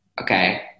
okay